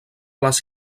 les